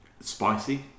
spicy